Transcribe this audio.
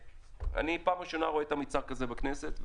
אני פעם ראשונה רואה מיצג כזה בכנסת,